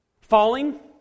Falling